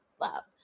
Love